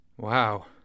Wow